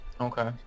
Okay